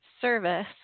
service